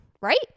right